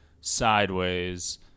Sideways